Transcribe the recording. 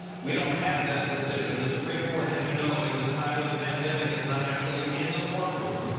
we don't have that decision. the supreme court, as you know, in this time of the pandemic is not actually in the courtroom.